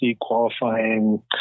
qualifying